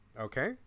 okay